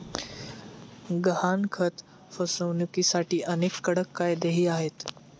गहाणखत फसवणुकीसाठी अनेक कडक कायदेही आहेत